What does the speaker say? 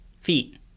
Feet